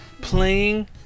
playing